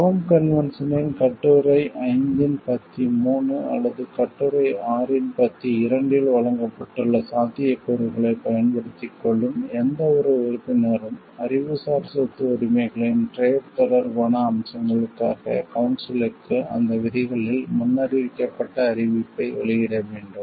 Rome கன்வென்ஷனின் கட்டுரை 5 இன் பத்தி 3 அல்லது கட்டுரை 6 இன் பத்தி 2 இல் வழங்கப்பட்டுள்ள சாத்தியக்கூறுகளைப் பயன்படுத்திக் கொள்ளும் எந்தவொரு உறுப்பினரும் அறிவுசார் சொத்து உரிமைகளின் டிரேட் வர்த்தகம் தொடர்பான அம்சங்களுக்காக கவுன்சிலுக்கு அந்த விதிகளில் முன்னறிவிக்கப்பட்ட அறிவிப்பை வெளியிட வேண்டும்